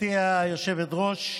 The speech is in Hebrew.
גברתי היושבת-ראש,